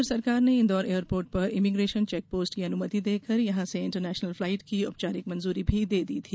केंद्र सरकार ने इंदौर एयरपोर्ट पर इमीग्रेशन चेक पोस्ट की अनुमति देकर यहां से इंटरनेशनल फ्लाइट की औपचारिक मंजूरी दे दी थी